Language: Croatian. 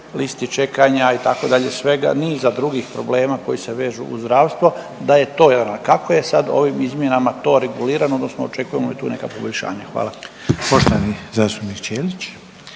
listi čekanja itd. svega niza drugih problema koji se vežu uz zdravstvo da je to …/Govornik se ne razumije./… a kako je sad ovim izmjenama regulirano odnosno očekujemo li tu neka poboljšanja. Hvala.